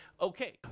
Okay